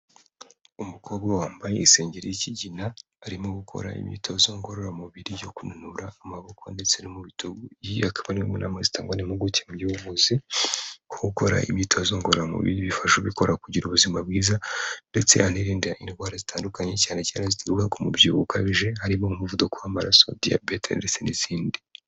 Umukobwa wambaye isengeri y'ikigina, arimo gukora imyitozo ngororamubiri yo kunanura amaboko ndetse no mu bitugu, iyi akaba ari imwe mu nama zitangwa n'impupuguke mu by'ubuvuzi, ko gukora imyitozo ngororamubiri bifasha ubikora kugira ubuzima bwiza, ndetse hanirinda indwara zitandukanye cyane cyane zituruka ku mubyibuho ukabije harimo nk'umuvuduko w'amaraso, diyabete, ndetse n'izindi.